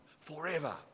forever